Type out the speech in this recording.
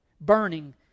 burning